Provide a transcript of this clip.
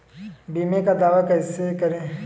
बीमे का दावा कैसे करें?